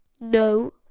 no